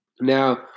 Now